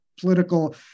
political